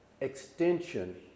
extension